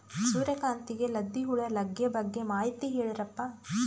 ಸೂರ್ಯಕಾಂತಿಗೆ ಲದ್ದಿ ಹುಳ ಲಗ್ಗೆ ಬಗ್ಗೆ ಮಾಹಿತಿ ಹೇಳರಪ್ಪ?